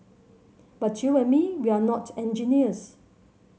but you and me we're not engineers